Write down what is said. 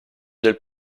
del